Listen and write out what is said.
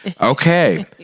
Okay